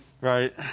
Right